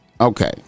Okay